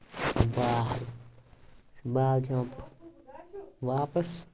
بال بال چھِ یِوان واپَس